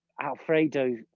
Alfredo